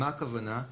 מה הכוונה?